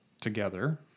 together